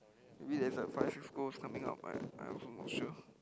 maybe there's a five six goals coming out right I also not sure